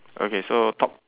okay so top